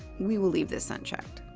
we will leave this unchecked.